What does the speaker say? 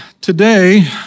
today